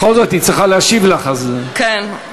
בכל זאת, היא צריכה להשיב לך, אז, כן.